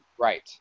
Right